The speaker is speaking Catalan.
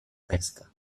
pesca